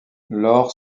laure